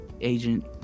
agent